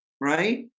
right